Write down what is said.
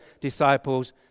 disciples